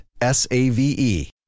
S-A-V-E